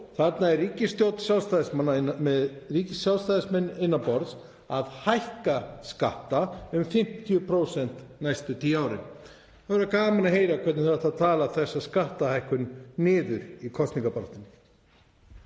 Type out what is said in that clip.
Þarna er ríkið með Sjálfstæðismenn innan borðs að hækka skatta um 50% næstu tíu árin. Það væri gaman að heyra hvernig þau ætla að tala þessa skattahækkun niður í kosningabaráttunni.